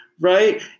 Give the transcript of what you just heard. right